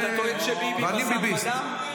ואני ביביסט.